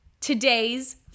today's